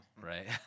Right